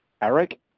Eric